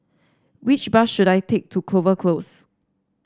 which bus should I take to Clover Close